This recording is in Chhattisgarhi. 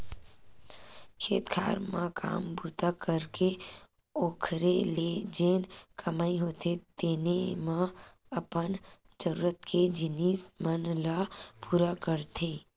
खेत खार म काम बूता करके ओखरे ले जेन कमई होथे तेने म अपन जरुरत के जिनिस मन ल पुरा करथे